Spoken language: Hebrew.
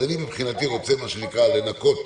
אני מבחינתי רוצה לנקות.